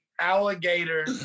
alligator